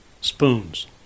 Spoons